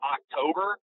October